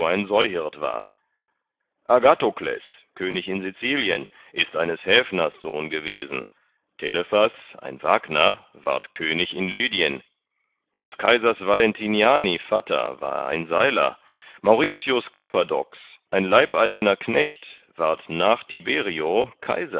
agathokles könig in sizilien ist eines häfners sohn gewesen telephas ein wagner ward könig in lydien des kaisers valentiniani vatter war ein seiler mauritius cappadox ein leibeigener knecht ward nach tiberio